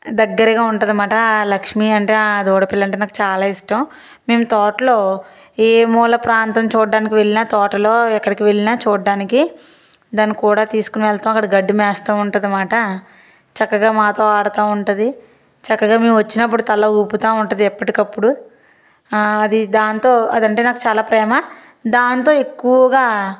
దగ్గరగా ఉంటుందన్నమాట ఆ లక్ష్మి అంటే ఆ దూడ పిల్ల అంటే నాకు చాలా ఇష్టం మేము తోటలో ఏ మూల ప్రాంతం చూడడానికి వెళ్ళిన తోటలో ఎక్కడికి వెళ్ళి చూడడానికి దాని కూడా తీసుకుని వెళ్తాం అక్కడ గడ్డి మేస్తా ఉంటుందన్నమాట చక్కగా మాతో ఆడతు ఉంటుంది చక్కగా మేము వచ్చినప్పుడు తల ఊపతు ఉంటుంది ఎప్పటికప్పుడు అది దానితో అదంటే నాకు చాలా ప్రేమ దానితో ఎక్కువగా